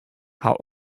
har